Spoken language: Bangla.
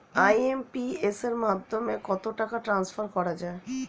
আই.এম.পি.এস এর মাধ্যমে কত টাকা ট্রান্সফার করা যায়?